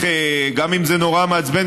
גם אם זה נורא מעצבן,